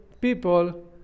people